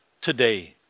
today